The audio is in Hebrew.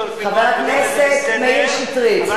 חבר הכנסת מאיר שטרית.